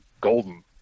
golden